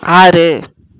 ஆறு